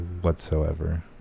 whatsoever